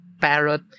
parrot